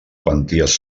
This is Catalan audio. quanties